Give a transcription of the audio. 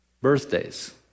birthdays